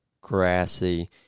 grassy